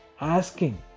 asking